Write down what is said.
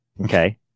Okay